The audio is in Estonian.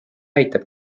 aitab